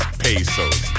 pesos